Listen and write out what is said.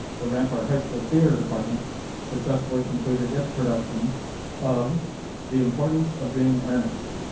the rampart high school theater department successfully completed its production of the importance of being earnest.